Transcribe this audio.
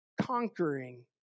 conquering